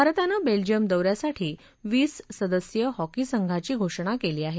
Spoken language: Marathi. भारताने बेल्जियम दौऱ्यासाठी वीस सदस्यीय हॉकी संघाची घोषणा केली आहे